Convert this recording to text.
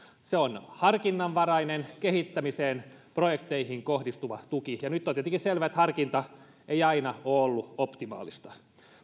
se on harkinnanvarainen kehittämiseen projekteihin kohdistuva tuki ja nyt on tietenkin selvää että harkinta ei aina ole ollut optimaalista